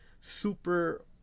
super